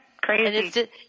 crazy